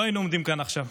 לא היינו עומדים כאן עכשיו,